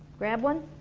grab one?